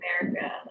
America